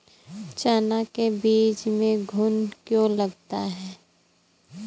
चना के बीज में घुन क्यो लगता है?